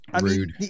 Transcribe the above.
Rude